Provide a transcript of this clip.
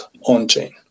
on-chain